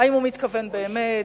האם הוא מתכוון באמת,